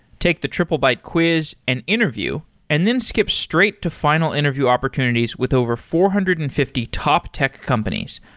take the triplebyte quiz and interview and then skip straight to final interview opportunities with over four hundred and fifty top tech companies,